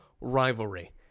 rivalry